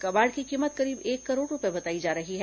कबाड़ की कीमत करीब एक करोड़ रूपए बताई जा रही है